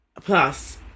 plus